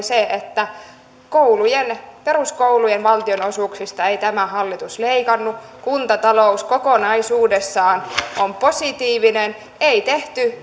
se että peruskoulujen valtionosuuksista ei tämä hallitus leikannut kuntatalous kokonaisuudessaan on positiivinen ei tehty